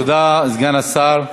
תודה, סגן השר.